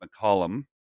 McCollum